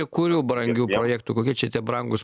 kai kurių brangių projektų kokia čia tie brangūs